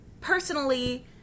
personally